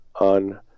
on